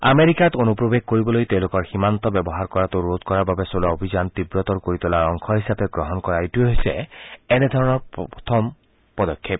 আমেৰিকাত অনুপ্ৰৱেশ কৰিবলৈ তেওঁলোকৰ সীমান্ত ব্যৱহাৰ কৰাটো ৰোধ কৰাৰ বাবে চলোৱা অভিযান তীৱতৰ কৰি তোলাৰ অংশ হিচাপে গ্ৰহণ কৰা এইটো হৈছে এনেধৰণৰ প্ৰথম পদক্ষেপ